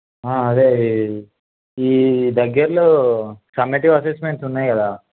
అదే ఈ ఈ దగ్గరలో సమ్మేటీవ్ అసెస్మెంట్స్ ఉన్నాయి కదా